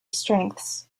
strengths